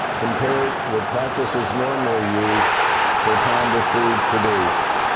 compared with practices normally used per pound of food produced.